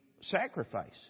sacrifice